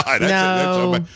no